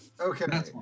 Okay